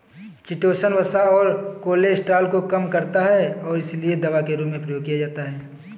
chitosan वसा और cholesterol को कम करता है और इसीलिए दवा के रूप में प्रयोग किया जाता है